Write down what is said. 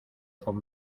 font